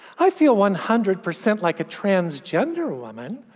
i feel one hundred percent like a transgender woman.